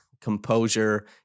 composure